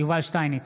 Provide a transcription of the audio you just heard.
יובל שטייניץ,